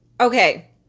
okay